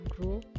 grow